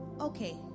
okay